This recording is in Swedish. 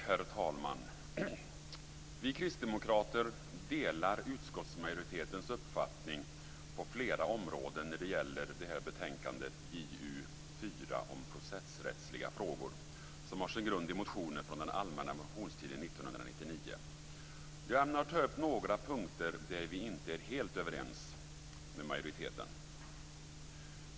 Herr talman! Vi kristdemokrater delar utskottsmajoritetens uppfattning på flera områden när det gäller betänkandet JuU4 om processrättsliga frågor, som har sin grund i motioner från den allmänna motionstiden 1999. Jag ämnar ta upp några punkter där vi inte är helt överens med majoriteten.